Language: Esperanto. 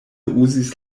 uzis